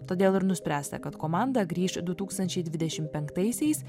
todėl ir nuspręsta kad komanda grįš du tūkstančiai dvidešim penktaisiais